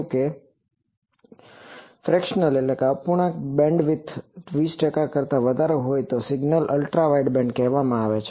જો કે ફ્રેક્સ્નલFractionalઅપૂર્ણાંક બેન્ડવિડ્થ 20 ટકા કરતા વધારે હોય તો સિગ્નલને અલ્ટ્રા વાઇડબેન્ડ કહેવામાં આવે છે